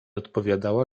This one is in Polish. odpowiadała